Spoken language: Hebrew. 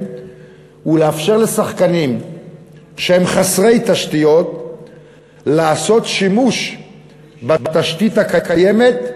היא לאפשר לשחקנים שהם חסרי תשתיות לעשות שימוש בתשתית הקיימת,